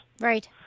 right